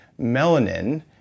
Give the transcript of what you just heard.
melanin